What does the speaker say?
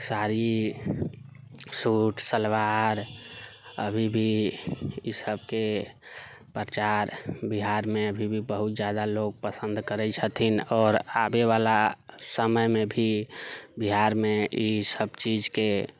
sari suit salwar अभी भी ईसभके प्रचार बिहारमे अभी भी बहुत जादा लोग पसन्द करै छथिन आओर आबै बला समयमे भी बिहारमे ईसभ चीजके